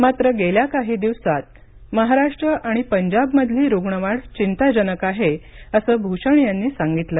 मात्र गेल्या काही दिवसात महाराष्ट्र आणि पंजाबमधली रुग्ण वाढ चिंताजनक आहे असं भूषण यांनी सांगितलं